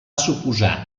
suposar